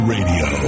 Radio